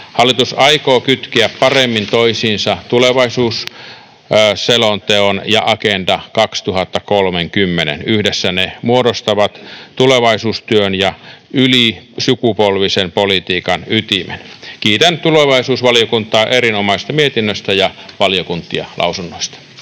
Hallitus aikoo kytkeä paremmin toisiinsa tulevaisuusselonteon ja Agenda 2030:n. Yhdessä ne muodostavat tulevaisuustyön ja ylisukupolvisen politiikan ytimen. Kiitän tulevaisuusvaliokuntaa erinomaisesta mietinnöstä ja valiokuntia lausunnoista.